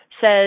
says